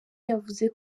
yavuze